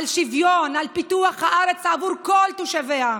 על שוויון ועל פיתוח הארץ בעבור כל תושביה.